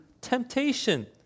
temptation